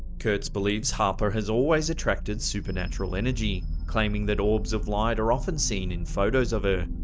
kurtz believes harper has always attracted supernatural energy, claiming that orbs of light are often seen in photos of her.